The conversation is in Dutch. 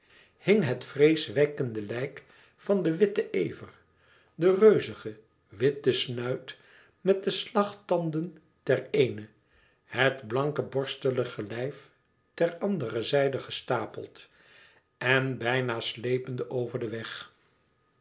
hing het vreeswekkende lijk van den witten ever de reuzige witte snuit met de slagtanden ter eene het blanke borstelige lijf ter andere zijde gestapeld en bijna sleepende over den weg